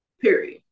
period